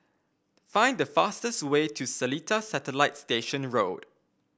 find the fastest way to Seletar Satellite Station Road